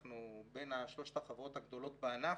אנחנו בין שלוש החברות הגדולות בענף.